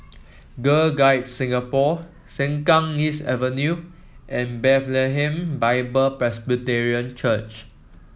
Girl Guides Singapore Sengkang East Avenue and Bethlehem Bible Presbyterian Church